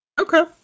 okay